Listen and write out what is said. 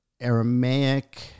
aramaic